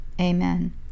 Amen